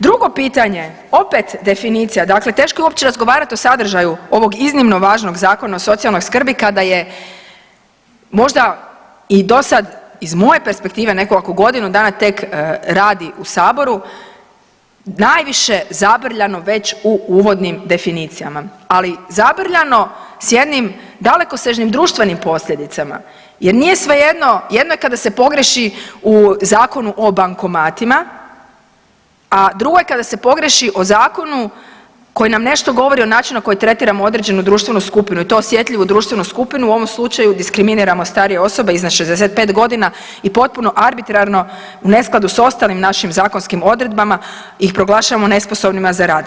Drugo pitanje, opet definicija, dakle teško je uopće razgovarati o sadržaju i ovog iznimno važnog Zakona o socijalnoj skrbi kada je možda i dosad, iz moje perspektive, nekoga tko godinu dana tek radi u Saboru, najviše zabrljano već u uvodnim definicijama, ali zabrljano s jednim dalekosežnim društvenim posljedicama, jer nije svejedno jedno kada se pogriješi o Zakonu o bankomatima, a drugo je kada se pogriješi o Zakonu koji nam nešto govori o načinu na koji tretiramo određenu društvenu skupinu i to osjetljivu društvenu skupinu u ovom slučaju, diskriminiramo starije osobe, iznad 65 godina i potpuno arbitrarno u neskladu s ostalim našim zakonskim odredbama ih proglašavamo nesposobnima za rad.